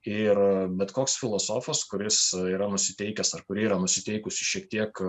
ir bet koks filosofas kuris yra nusiteikęs ar kuri yra nusiteikusi šiek tiek